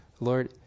Lord